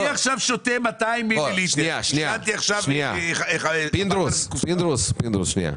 אתן לך סתם דוגמה.